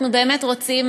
אנחנו באמת רוצים,